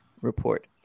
report